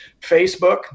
Facebook